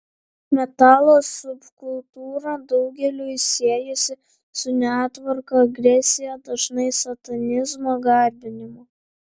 metalo subkultūra daugeliui siejasi su netvarka agresija dažnai satanizmo garbinimu